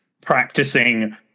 practicing